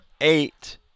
eight